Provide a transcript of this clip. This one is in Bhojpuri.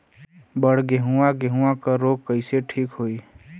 बड गेहूँवा गेहूँवा क रोग कईसे ठीक होई?